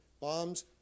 bombs